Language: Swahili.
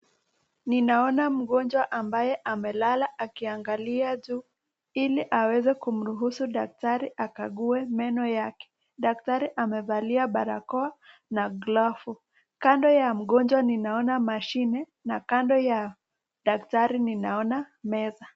Ninaona mgonjwa ambaye ameangalia juu ili kumruhusu dakatari akague meno yake. Daktari amevalia barakoa na glavu. Kando ya mgonjwa ninaona mashine na kando ya daktari ninaona meza.